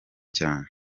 cyane